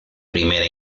primera